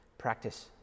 Practice